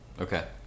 Okay